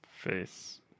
face